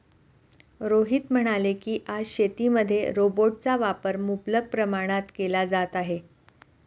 रोहित म्हणाले की, आज शेतीमध्ये रोबोटचा वापर मुबलक प्रमाणात केला जात आहे